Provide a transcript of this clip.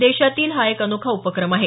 देशातील हा एक अनोखा उपक्रम आहे